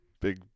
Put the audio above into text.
Big